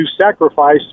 sacrifice